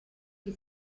che